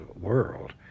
world